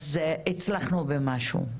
אז הצלחנו במשהו.